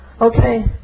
Okay